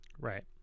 Right